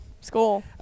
School